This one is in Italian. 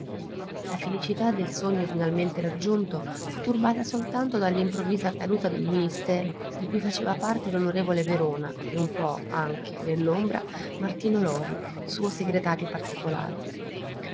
la felicità del sogno finalmente raggiunto fu turbata soltanto dall'improvvisa caduta del ministero di cui faceva parte l'onorevole verona e un po anche nell'ombra martino lori suo segretario particolare